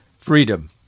freedom